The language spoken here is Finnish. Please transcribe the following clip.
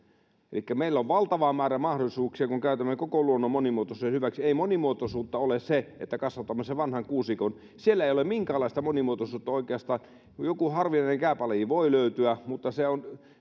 elikkä meillä on valtava määrä mahdollisuuksia kun käytämme koko luonnon monimuotoisuuden hyväksi ei monimuotoisuutta ole se että kasvatamme vanhan kuusikon siellä ei oikeastaan ole minkäänlaista monimuotoisuutta joku harvinainen kääpälaji voi löytyä mutta